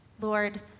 Lord